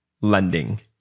lending